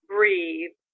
breathe